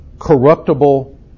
corruptible